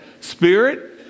spirit